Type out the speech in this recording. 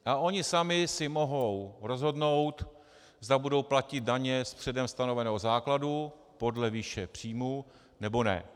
A oni sami si mohou rozhodnout, zda budou platit daně z předem stanoveného základu podle výše příjmů, nebo ne.